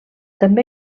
també